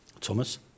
Thomas